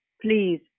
Please